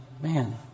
man